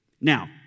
Now